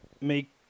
make